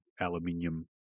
aluminium